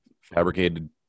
fabricated